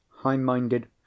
high-minded